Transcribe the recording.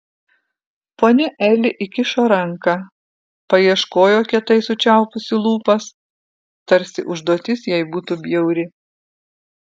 ponia eli įkišo ranką paieškojo kietai sučiaupusi lūpas tarsi užduotis jai būtų bjauri